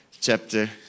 chapter